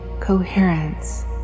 coherence